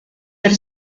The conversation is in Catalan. per